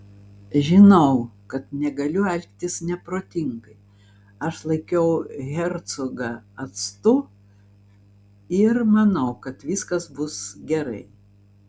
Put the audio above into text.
žinau kad negaliu elgtis neprotingai aš laikiau hercogą atstu ir manau kad viskas bus gerai